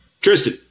Tristan